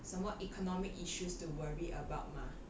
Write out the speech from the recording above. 什么 economic issues to worry about mah